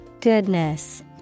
Goodness